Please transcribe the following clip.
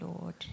Lord